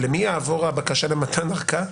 למי תעבור הבקשה למתן ארכה?